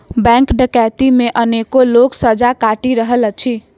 bank डकैती मे अनेको लोक सजा काटि रहल अछि